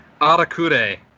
Arakure